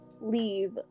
leave